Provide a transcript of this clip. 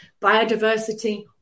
biodiversity